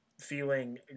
Feeling